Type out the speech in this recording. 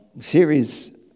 series